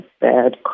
bad